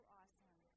awesome